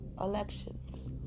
elections